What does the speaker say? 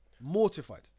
mortified